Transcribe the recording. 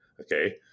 Okay